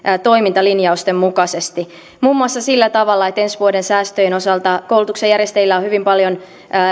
toimintalinjausten mukaisesti muun muassa sillä tavalla että ensi vuoden säästöjen osalta koulutuksen järjestäjillä on hyvin paljon